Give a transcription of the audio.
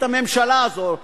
את הממשלה הזאת,